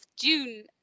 June